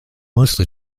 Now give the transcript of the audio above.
mostly